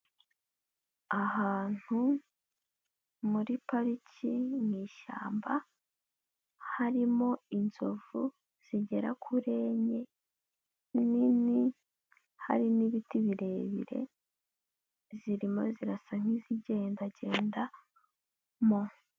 Ahantu muri pariki mu ishyamba, harimo inzovu zigera kuri enye, nini, hari n'ibiti birebire, zirimo zirasa nk'izigendagendamo.